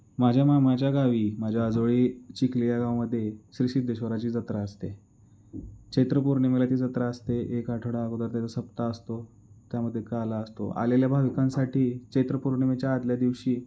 माझ्या मामाच्या गावी माझ्या आजोळी चिखले या गावामध्ये श्रीसिद्धेश्वराची जत्रा असते चैत्र पौर्णिमेला ती जत्रा असते एक आठवडा अगोदर त्याचा सप्ताह असतो त्यामध्ये काला असतो आलेल्या भाविकांसाठी चैत्र पौर्णिमेच्या आदल्या दिवशी